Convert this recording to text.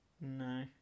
No